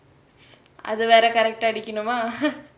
அது வேற:athu vera correct டா அடிக்குனுமா:ta adikunumaa